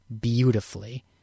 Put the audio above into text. beautifully